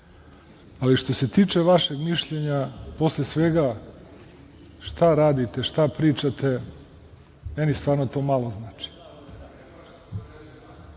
ali što se tiče vašeg mišljenja posle svega šta radite, šta pričate, meni stvarno to malo znači.